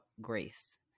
grace